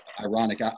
ironic